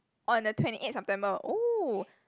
on the twenty eight September oh